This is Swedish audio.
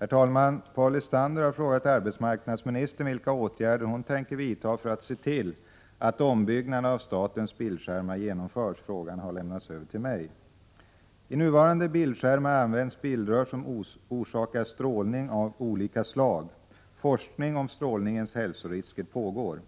Herr talman! Paul Lestander har frågat arbetsmarknadsministern vilka åtgärder hon tänker vidta för att se till att ombyggnaden av statens bildskärmar genomförs. Frågan har lämnats över till mig. I nuvarande bildskärmar används bildrör som orsakar strålning av olika slag. Forskningen om strålningens hälsorisker pågår.